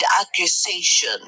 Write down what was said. accusation